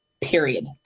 period